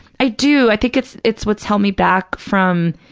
i do. i think it's it's what's held me back from,